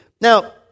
Now